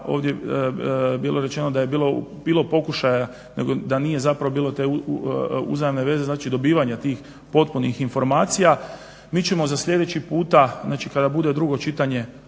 ovdje je bilo rečeno da je bilo pokušaja, nego da nije zapravo bilo te uzajamne veze, znači dobivanja tih potpunih informacija. Mi ćemo za sljedeći puta, znači kada bude drugo čitanje